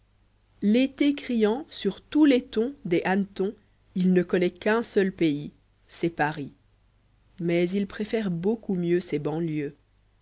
l'été criant sur tous les tons des hannetons il ne connaît qu'un seul pays c'est paris mais il préfère beaucoup mieux ses banlieues